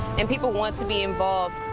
and people want to be involved.